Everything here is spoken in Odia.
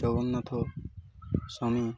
ଜଗନ୍ନାଥ ସ୍ୱାମୀ